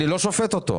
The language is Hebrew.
אני לא שופט אותו.